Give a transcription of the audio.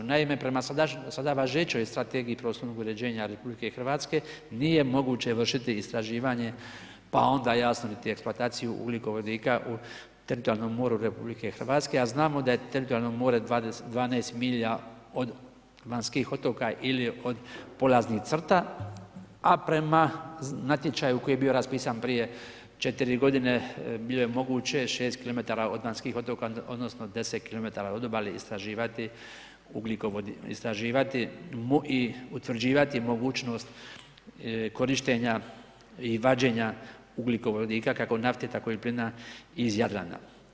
Naime, prema sada važećoj Strategiji prostornog uređenja RH nije moguće vršiti istraživanje pa onda jasno ni eksploataciju ugljikovodika u teritorijalnom moru RH a znamo da je teritorijalno more 12 milija od vanjskih otoka ili od polaznih crta a prema natječaju koji je bio raspisan prije 4 godine, bilo je moguće 6 km od vanjskih otoka odnosno 10 km od obale istraživati i utvrđivati mogućnost korištenja i vađenja ugljikovodika kako nafte tako i plina iz Jadrana.